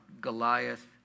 Goliath